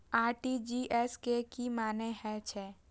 RTGS के की मानें हे छे?